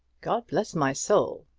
god bless my soul!